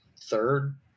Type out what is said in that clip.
third